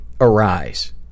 arise